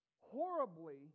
horribly